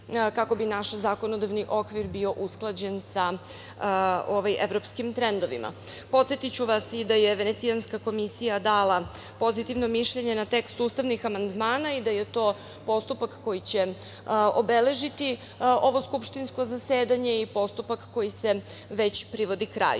kako bi naš zakonodavni okvir bio usklađen sa evropskim trendovima. Podsetiću vas i da je Venecijanska komisija dala pozitivno mišljenje na tekst ustavnih amandmana i da je to postupak koji će obeležiti ovo skupštinsko zasedanje i postupak koji se već privodi kraju. Na